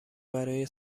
برای